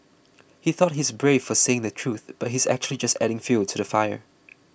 he thought he's brave for saying the truth but he's actually just adding fuel to the fire